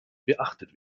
beachtet